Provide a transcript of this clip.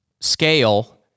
scale